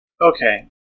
Okay